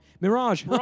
Mirage